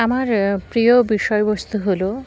আমার প্রিয় বিষয়বস্তু হলো